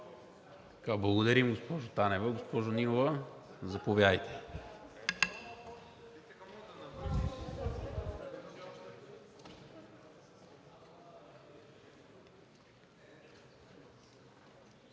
Благодаря, госпожо Танева. Госпожо Нинова, заповядайте.